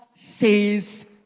says